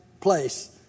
place